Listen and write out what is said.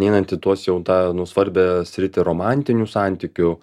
einant į tuos jau tą nu svarbią sritį romantinių santykių